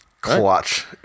Clutch